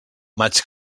maig